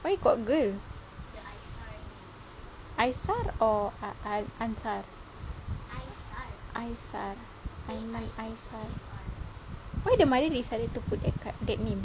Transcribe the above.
why got girl aisar or ansar why the mother decided to put that name